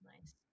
nice